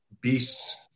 beasts